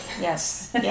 Yes